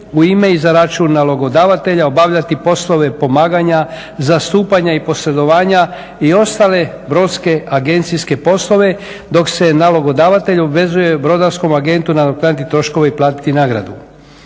u ime i za račun nalogodavatelja obavljati poslove pomaganja, zastupanja i posjedovanja i ostale brodske agencijske poslove dok se nalogodavatelj obvezuje brodarskom agentu nadoknaditi troškove i platiti nagradu.